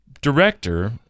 director